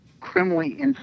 criminally